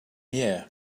year